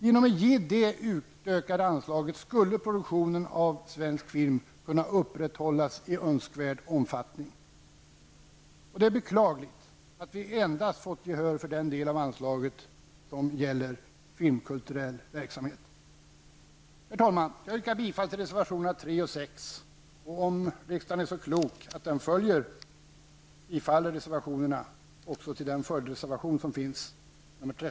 Genom det utökade anslaget skulle produktionen av svensk film kunna upprätthållas i önskvärd omfattning. Det är beklagligt att vi fått gehör endast för den del av uppräkningen av anslaget som gäller filmkulturell verksamhet. Herr talman! Jag yrkar bifall till reservationerna 3